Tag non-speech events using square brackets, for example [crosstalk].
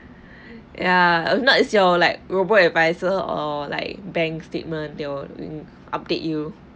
ya if not it's your like robo advisor or like bank statement they will [noise] update you